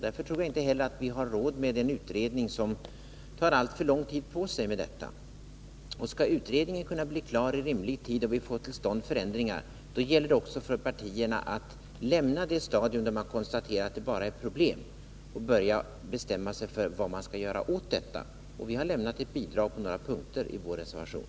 Därför tror jag inte heller att vi har råd med en utredning som tar alltför lång tid på sig med detta. Skall utredningen bli klar i rimlig tid så att vi får till stånd förändringar, då gäller det också för partierna att lämna det stadium där man bara konstaterar att det är problem och börjar bestämma sig för vad man skall göra åt detta. Vi har lämnat ett bidrag på några punkter i vår reservation.